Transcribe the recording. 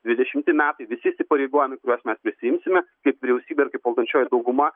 dvidešimti metai visi įsipareigojimai kuriuos mes prisiimsime kaip vyriausybė ir kaip valdančioji dauguma